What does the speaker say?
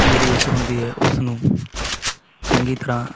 ਜ਼ਰੂਰਤ ਹੁੰਦੀ ਹੈ ਉਸ ਨੂੰ ਚੰਗੀ ਤਰ੍ਹਾਂ